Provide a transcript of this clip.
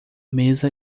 mesa